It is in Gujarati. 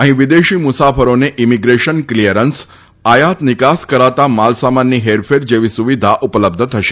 અહીં વિદેશી મુસાફરોને ઇમિગ્રેશન ક્લીયરન્સ આયાત નિકાસ કરાતા માલસામાનની હેરફેર જેવી સુવિધા ઉપલબ્ધ થશે